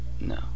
no